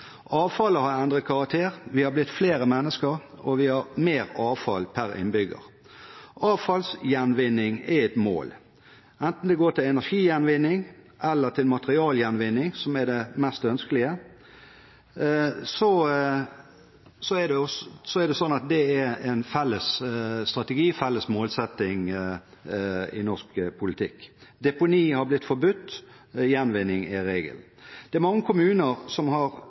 Avfallet har endret karakter. Vi er blitt flere mennesker, og vi har mer avfall per innbygger. Avfallsgjenvinning er et mål, enten det går til energigjenvinning eller til materialgjenvinning, som er det mest ønskelige. Det er en felles strategi – felles målsetting – i norsk politikk. Deponi har blitt forbudt. Gjenvinning er regelen. Det er mange kommuner som har